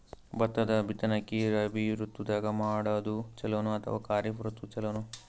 ಭತ್ತದ ಬಿತ್ತನಕಿ ರಾಬಿ ಋತು ದಾಗ ಮಾಡೋದು ಚಲೋನ ಅಥವಾ ಖರೀಫ್ ಋತು ಚಲೋನ?